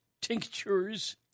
tinctures